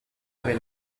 per